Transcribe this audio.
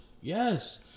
Yes